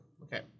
Okay